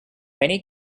many